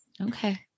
Okay